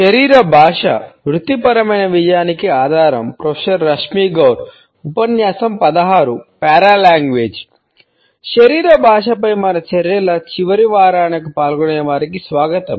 శరీర భాషపై మన చర్చల చివరి వారానికి ప్రియమైన పాల్గొనేవారికి స్వాగతం